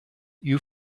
you